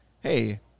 hey